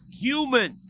human